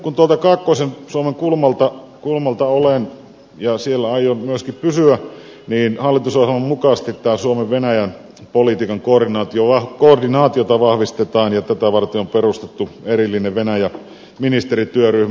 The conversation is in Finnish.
kun tuolta kaakkoisen suomen kulmalta olen ja siellä aion myöskin pysyä niin hallitusohjelman mukaisesti tätä suomen venäjän politiikan koordinaatiota vahvistetaan ja tätä varten on perustettu erillinen venäjä ministerityöryhmä